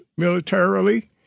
militarily